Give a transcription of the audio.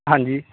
ਹਾਂਜੀ